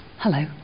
Hello